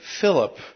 Philip